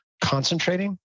concentrating